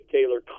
Taylor